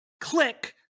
click